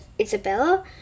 Isabella